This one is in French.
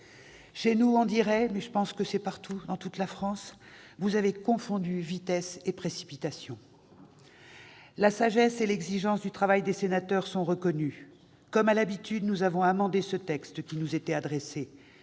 Chez nous, comme ailleurs je pense, on dirait que vous avez confondu vitesse et précipitation. La sagesse et l'exigence du travail des sénateurs sont reconnues. Comme à l'habitude, nous avons amendé ce texte qui nous était adressé,